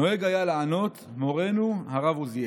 נוהג היה לענות: מורנו הרב עוזיאל.